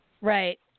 Right